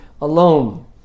alone